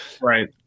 Right